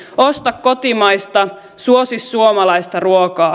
osta kotimaista suosi suomalaista ruokaa